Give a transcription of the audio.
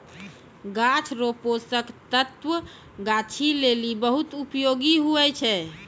गाछ रो पोषक तत्व गाछी लेली बहुत उपयोगी हुवै छै